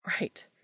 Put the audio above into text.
Right